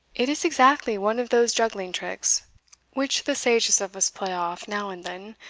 it is exactly one of those juggling tricks which the sagest of us play off now and then,